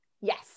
Yes